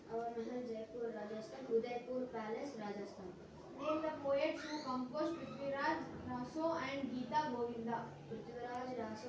ಹವಾಮಾನ ಬೆಳೆಗಳ ಮೇಲೆ ಹೇಗೆ ಪರಿಣಾಮ ಬೇರುತ್ತೆ?